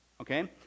okay